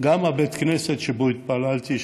גם בית הכנסת שבו התפללתי,